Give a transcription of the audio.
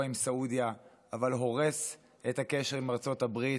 של סעודיה אבל הורס את הקשר עם ארצות הברית,